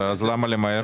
למה למהר?